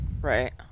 right